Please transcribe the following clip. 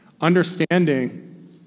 Understanding